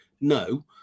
no